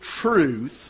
truth